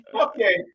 Okay